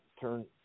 turn